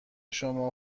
شما